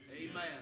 Amen